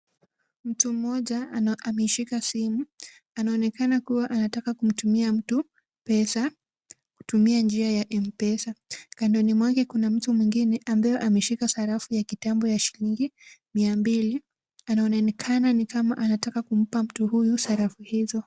Mtu mmoja ameishika simu. Anaonekana anataka kumtumia mtu pesa kutumia njia ya M-Pesa. Kandoni mwake kuna mtu ambaye ameshika sarafu ya kitambo ya shilingi mia mbili. Anaonekana nikama anataka kumpa mtu huyu sarafu hizo.